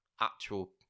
actual